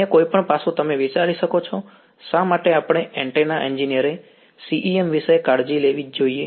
અન્ય કોઈપણ પાસું તમે વિચારી શકો છો કે શા માટે આપણે એન્ટેના એન્જિનિયરે CEM વિશે કાળજી લેવી જોઈએ